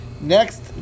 Next